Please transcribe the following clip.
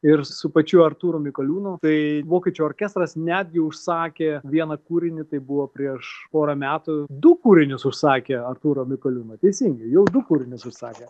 ir su pačiu artūru mikoliūnu tai vokiečių orkestras netgi užsakė vieną kūrinį tai buvo prieš porą metų du kūrinius užsakė artūro mikoliūno teisingi jau du kūrinius užsakė